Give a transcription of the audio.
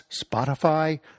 Spotify